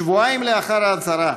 שבועיים לאחר ההצהרה,